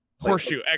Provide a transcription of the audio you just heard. Horseshoe